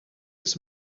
his